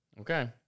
Okay